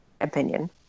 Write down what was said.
opinion